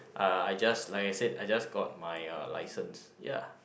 uh I just like I said I just got my uh license ya